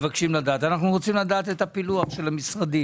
אנו מבקשים לדעת את פילוח המשרדים.